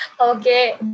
Okay